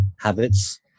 habits